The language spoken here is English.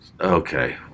okay